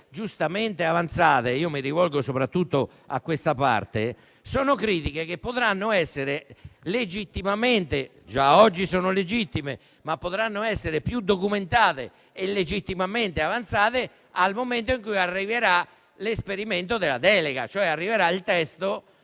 giustamente avanzate - mi rivolgo soprattutto a questa parte dell'Emiciclo - già oggi sono legittime, ma potranno essere più documentate e legittimamente avanzate al momento in cui arriverà l'esperimento della delega, cioè quando arriverà il testo